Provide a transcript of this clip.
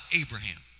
Abraham